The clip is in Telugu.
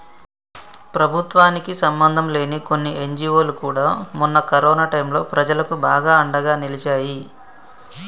ప్రభుత్వానికి సంబంధంలేని కొన్ని ఎన్జీవోలు కూడా మొన్న కరోనా టైంలో ప్రజలకు బాగా అండగా నిలిచాయి